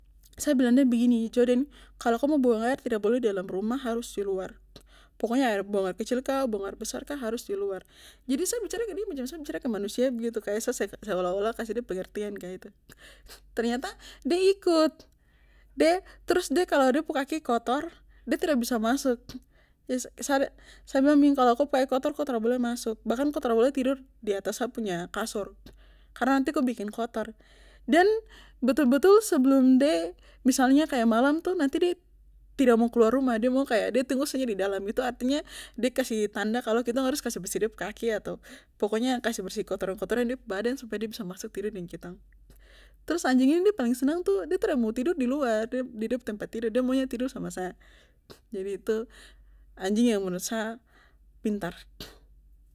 Sa bilang de begini joden kalo ko mo buang air tidak boleh di dalam rumah harus di luar pokonya buang air kecil kah buang air besar kah harus diluar jadi sa bicara ke dia macam sa bicara ke manusia begitu kaya sa seakan seolah olah kasih de pengertian kah itu ternyata de ikut de trus de kalo de pu kaki kotor de tra bisa masuk jadi sa sa bilang begini kalo kop kaki kotor ko tra boleh masuk bahkan ko tra boleh tidur di atas sa punya kasur karna nanti ko bikin kotor dan betul betul sebelum de misalnya kaya malam tuh nanti de tidak mau keluar rumah de mau kaya de tunggu saja di dalam itu artinya de kasih tanda kalo kitong harus kas bersih dep kaki atau pokonya kasih bersih kotoran kotoran yang ada di de badan supaya de bisa masuk tidur deng kitong trus anjing ini de paling senang itu de tra mau tidur di luar di dep tempat tidur de maunya tidur sama saya jadi itu anjing yang menurut sa pintar.